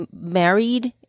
married